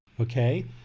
okay